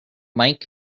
mike